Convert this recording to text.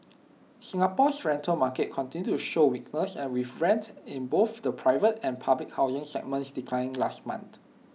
Singapore's rental market continued to show weakness with rents in both the private and public housing segments declining last month